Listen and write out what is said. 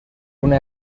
una